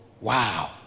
wow